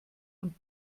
und